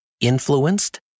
influenced